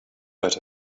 better